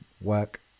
work